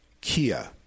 Kia